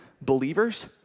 believers